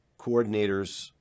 coordinators